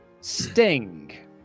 Sting